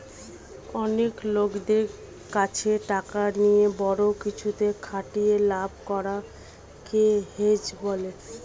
অনেক লোকদের কাছে টাকা নিয়ে বড়ো কিছুতে খাটিয়ে লাভ করা কে হেজ বলে